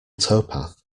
towpath